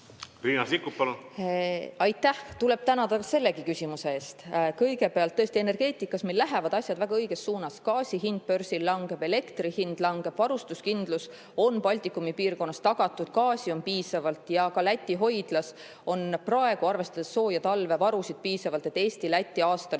Riina Sikkut, palun! Aitäh! Tuleb tänada sellegi küsimuse eest. Kõigepealt tõesti, energeetikas meil lähevad asjad väga õiges suunas. Gaasi hind börsil langeb. Elektri hind langeb. Varustuskindlus on Baltikumi piirkonnas tagatud. Gaasi on piisavalt ja ka Läti hoidlas on praegu, arvestades sooja talve, varusid piisavalt, et Eesti ja Läti aastane